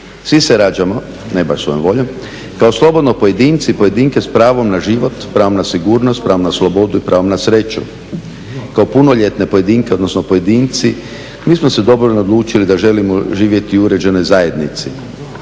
Sve se rađamo, ne baš svojom voljom, kao slobodni pojedinci, pojedinke s pravom na život, s pravom na sigurnost, s pravom na slobodu i pravom na sreću. Kao punoljetne pojedinke, odnosno pojedinci mi smo se dobrovoljno odlučili da želimo živjeti u uređenoj zajednici,